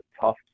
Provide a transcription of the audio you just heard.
tough